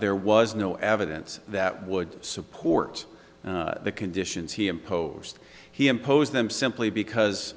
there was no evidence that would support the conditions he imposed he imposed them simply because